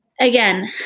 Again